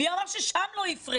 מי אמר שלשם לא יפרצו?